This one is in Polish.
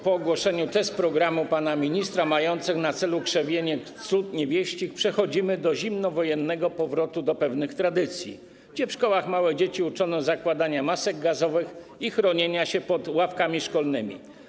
Po ogłoszeniu tez programu pana ministra mających na celu krzewienie cnót niewieścich przechodzimy do zimnowojennego powrotu do pewnych tradycji, gdzie w szkołach małe dzieci uczono zakładania masek gazowych i chronienia się pod ławkami szkolnymi.